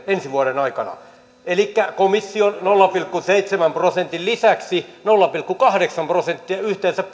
ensi vuoden aikana elikkä komission nolla pilkku seitsemän prosentin lisäksi nolla pilkku kahdeksan prosenttia yhteensä